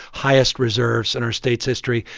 highest reserves in our state's history.